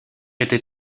était